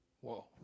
Whoa